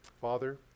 Father